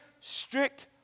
strict